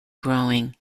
growing